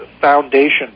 foundation